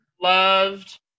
loved